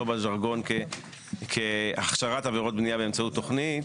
בז'רגון כהכשרת עבירות בניה באמצעות תוכנית,